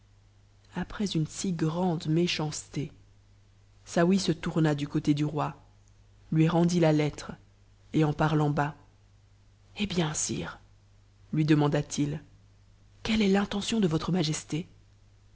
après une si grande méchanceté saouy se tourna du côté du roi rendit la lettre et en parlant bas hé bien sire lui demanda t t quelle est l'intention de votre majesté